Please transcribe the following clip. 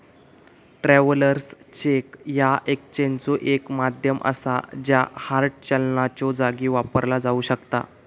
travellers cheque ह्या एक्सचेंजचो एक माध्यम असा ज्या हार्ड चलनाच्यो जागी वापरला जाऊ शकता